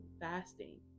fasting